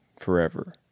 forever